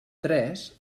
tres